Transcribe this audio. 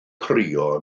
crio